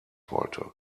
wollte